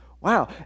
Wow